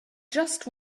just